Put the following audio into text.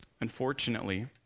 Unfortunately